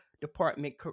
department